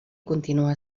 continua